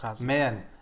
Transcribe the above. Man